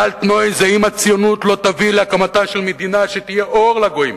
ה"על-תנאי" זה אם הציונות לא תביא להקמתה של מדינה שתהיה אור לגויים